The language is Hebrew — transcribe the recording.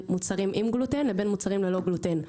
מוצרים עם גלוטן לבין מוצרים ללא גלוטן.